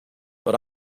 but